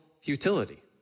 futility